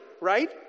Right